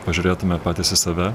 pažiūrėtume patys į save